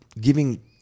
giving